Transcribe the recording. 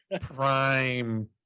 prime